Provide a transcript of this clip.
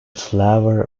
flavor